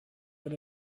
when